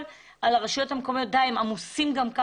על הרשויות המקומיות שגם כך הן מאוד עמוסות.